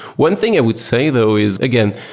one thing i would say though is, again,